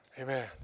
Amen